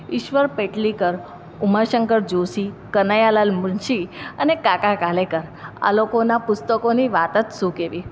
ઈશ્વર પેટલીકર ઉમા શંકર કનૈયાલાલ મુનશી અને કાકા કાલેલકર આ લોકોના પુસ્તકોની વાત જ શું કેવી